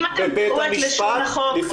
בנוגע לסיוע משפטי בעבירות מין שניתן